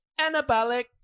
Anabolic